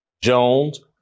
Jones